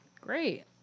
Great